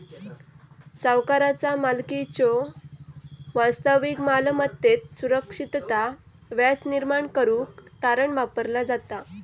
सावकाराचा मालकीच्यो वास्तविक मालमत्तेत सुरक्षितता व्याज निर्माण करुक तारण वापरला जाता